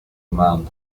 aman